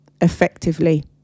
effectively